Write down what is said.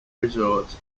resorts